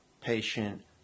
patient